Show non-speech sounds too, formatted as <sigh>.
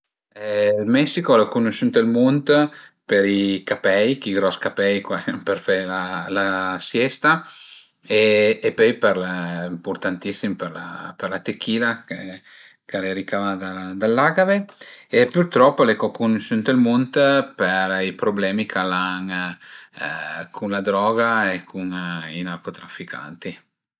Ël Messico al e cunusü ënt ël mund per i capei, chi gros capei <laughs> për fe la la siesta e pöi impurtantissim për la la techila ch'al e ricavà da la dall'agave e pürtrop al e co cunusü ënt ël mund për i problemi ch'al an cun la droga e cun i narco trafficanti